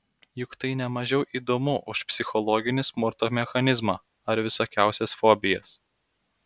juk tai ne mažiau įdomu už psichologinį smurto mechanizmą ar visokiausias fobijas